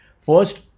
First